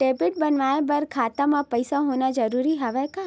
Credit बनवाय बर खाता म पईसा होना जरूरी हवय का?